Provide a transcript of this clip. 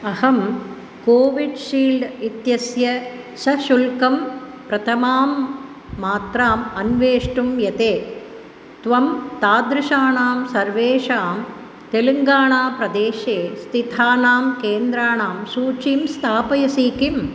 अहं कोविड्शील्ड् इत्यस्य सशुल्कं प्रथमां मात्राम् अन्वेष्टुं यते त्वं तादृशानां सर्वेषां तेलङ्गाणाप्रदेशे स्थितानां केन्द्राणां सूचिं स्थापयसि किम्